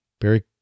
Barry